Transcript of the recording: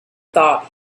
thought